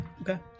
Okay